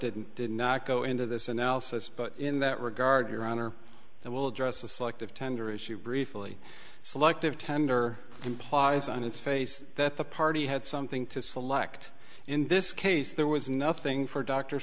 didn't did not go into this analysis but in that regard your honor i will address the selective tender issue briefly selective tender implies on its face that the party had something to select in this case there was nothing for d